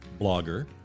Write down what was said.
blogger